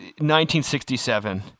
1967